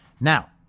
Now